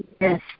Yes